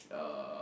uh